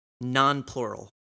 Non-plural